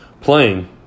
playing